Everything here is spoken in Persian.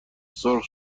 سرخ